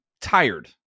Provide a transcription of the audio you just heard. tired